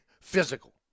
physical